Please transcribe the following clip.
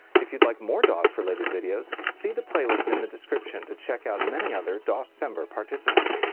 if you'd like more dos-related videos, see the playlist in the description to check out many other doscember participants.